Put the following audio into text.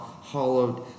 hollowed